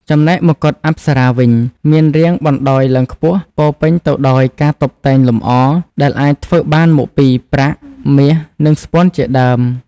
ចំណែកមកុដអប្សរាវិញ មានរាងបណ្តោយឡើងខ្ពស់ ពោរពេញទៅដោយការតុបតែងលំអ ដែលអាចធ្វើបានមកពី ប្រាក់ មាស និងស្ពាន់ជាដើម។